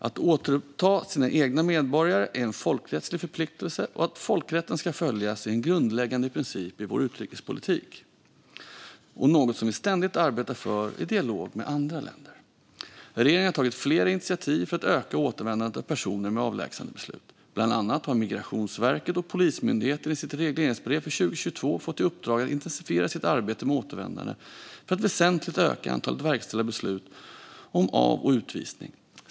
Att återta sina egna medborgare är en folkrättslig förpliktelse, och att folkrätten ska följas är en grundläggande princip i vår utrikespolitik och något vi ständigt arbetar för i dialog med andra länder. Regeringen har tagit flera initiativ för att öka återvändandet av personer med avlägsnandebeslut. Bland annat har Migrationsverket och Polismyndigheten i sina regleringsbrev för 2022 fått i uppdrag att intensifiera sitt arbete med återvändande för att väsentligt öka antalet verkställda beslut om av och utvisning.